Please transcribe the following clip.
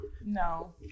No